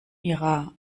ihrer